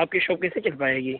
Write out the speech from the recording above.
آپ کی شاپ کیسے چل پائے گی